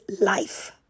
life